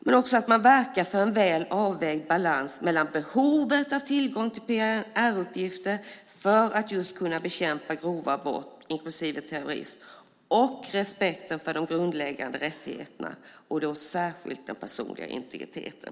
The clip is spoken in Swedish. Vi ska verka för en väl avvägd balans mellan behovet av tillgång till PNR-uppgifter för att kunna bekämpa grova brott, inklusive terrorism, och respekten för de grundläggande rättigheterna - särskilt den personliga integriteten.